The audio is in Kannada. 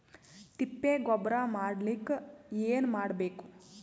ತಿಪ್ಪೆ ಗೊಬ್ಬರ ಮಾಡಲಿಕ ಏನ್ ಮಾಡಬೇಕು?